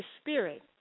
spirit